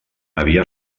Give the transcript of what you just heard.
havia